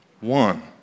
One